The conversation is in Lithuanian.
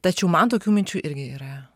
tačiau man tokių minčių irgi yra